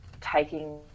taking